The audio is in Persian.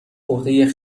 عهده